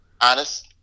Honest